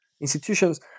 institutions